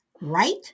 right